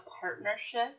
partnership